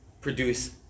produce